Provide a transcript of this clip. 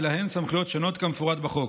שלהן סמכויות שונות כמפורט בחוק.